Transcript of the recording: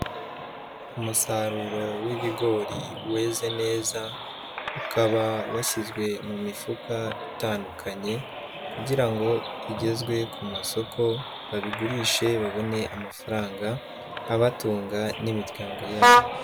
Umusaruro w'ibigori weze neza, ukaba washyizwe mu mifuka itandukanye kugira ngo igezwe ku masoko babigurishe babone amafaranga abatunga n'imiryango yabo.